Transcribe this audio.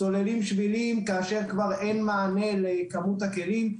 סוללים שבילים כשאין מענה לכמות הכלים.